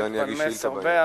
נוכל להתפלמס הרבה.